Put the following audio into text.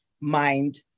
mind